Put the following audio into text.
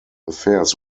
affairs